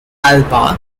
alba